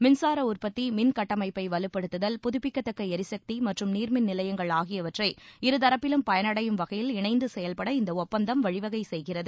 மின்சார உற்பத்தி மின் கட்டமைப்ப வலுப்படுத்துதல் புதுப்பிக்கத்தக்க ளிசக்தி மற்றும் நீர்மின் நிலையங்கள் ஆகியவற்றை இருதரப்பிலும் பயனடையும் வகையில் இணைந்து செயல்பட இந்த ஒப்பந்தம் வழிவகை செய்கிறது